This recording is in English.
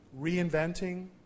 reinventing